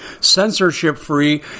censorship-free